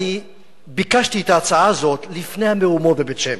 אני ביקשתי את ההצעה הזאת לפני המהומות בבית-שמש,